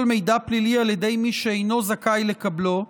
מידע פלילי על ידי מי שאינו זכאי לקבלו,